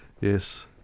yes